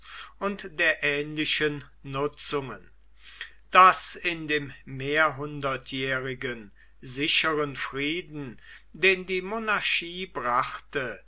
und der ähnlichen nutzungen daß in dem mehrhundertjährigen sicheren frieden den die monarchie brachte